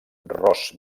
ros